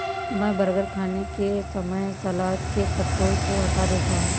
मैं बर्गर खाने के समय सलाद के पत्तों को हटा देता हूं